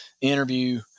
interview